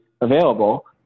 available